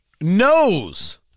knows